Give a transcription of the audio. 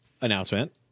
announcement